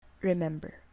Remember